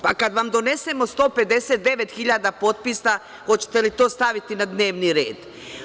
Pa kad vam donesemo 159 hiljada potpisa, hoćete li to staviti na dnevni red?